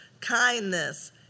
kindness